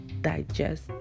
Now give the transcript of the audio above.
digest